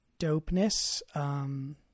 dopeness